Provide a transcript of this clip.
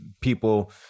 people